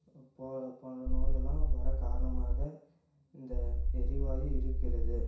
போல் போன்ற நோயெல்லாம் வர காரணமாக இந்த எரிவாய் இருக்கின்றது